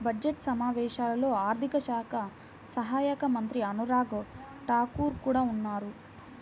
budget సమావేశాల్లో ఆర్థిక శాఖ సహాయక మంత్రి అనురాగ్ ఠాకూర్ కూడా ఉన్నారు